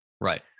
Right